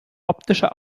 optische